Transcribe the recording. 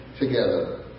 together